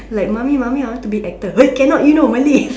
like Mommy Mommy I want to be actor !oi! cannot you know Malay